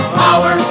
power